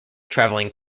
traveling